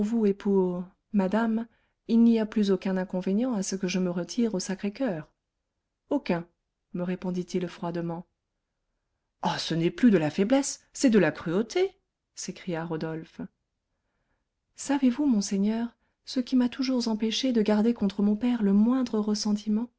et pour madame il n'y a plus aucun inconvénient à ce que je me retire au sacré-coeur aucun me répondit-il froidement ah ce n'est plus de la faiblesse c'est de la cruauté s'écria rodolphe savez-vous monseigneur ce qui m'a toujours empêchée de garder contre mon père le moindre ressentiment